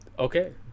Okay